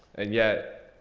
and yet